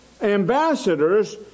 ambassadors